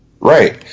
Right